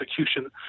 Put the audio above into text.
execution